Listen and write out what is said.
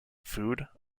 food